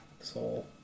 soul